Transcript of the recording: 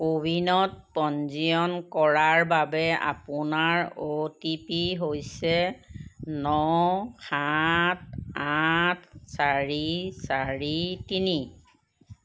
কোৱিনত পঞ্জীয়ন কৰাৰ বাবে আপোনাৰ অ' টি পি হৈছে ন সাত আঠ চাৰি চাৰি তিনি